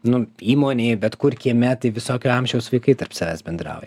nu įmonėj bet kur kieme tai visokio amžiaus vaikai tarp savęs bendrauja